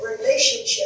relationship